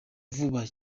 vuba